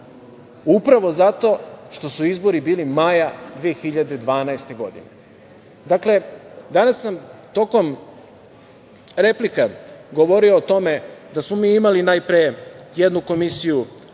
upravo zato što su izbori bili maja 2012. godine. Dakle, danas sam tokom replika govorio o tome da smo mi imali najpre jednu komisiju